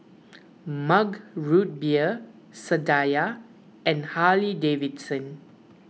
Mug Root Beer Sadia and Harley Davidson